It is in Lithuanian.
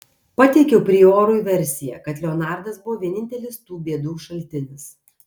pateikiau priorui versiją kad leonardas buvo vienintelis tų bėdų šaltinis